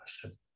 question